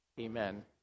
Amen